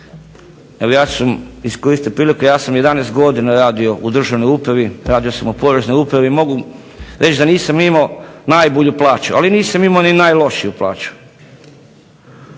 ja sam 11 godina radio u Poreznoj državnoj upravi i mogu reći da nisam imao najbolju plaću ali nisam imao ni najlošiju plaću.